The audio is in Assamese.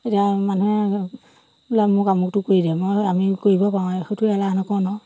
এতিয়া মানুহে বোলে মোক আমুকটো কৰি দিয়া মই আমি কৰিব পাৰোঁ সেইটো এলাহ নকৰো নহয়